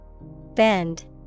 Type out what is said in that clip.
Bend